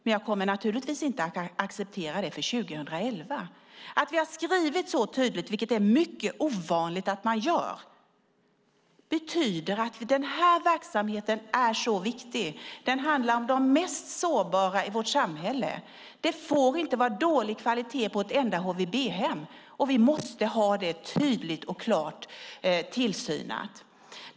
Men jag kommer naturligtvis inte att acceptera det för 2011. Vi har skrivit detta mycket tydligt för att den här verksamheten är så viktig. Det är ovanligt att man gör det. Det handlar om de mest sårbara i vårt samhälle. Det får inte vara dålig kvalitet på ett enda HVB-hem. Vi måste ha det tydligt och klart tillsynat.